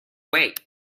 wait